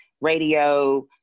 radio